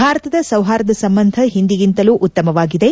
ಭಾರತದ ಸೌಹಾರ್ದ ಸಂಬಂಧ ಹಿಂದಿಗಿಂತಲೂ ಉತ್ತಮವಾಗಿದೆ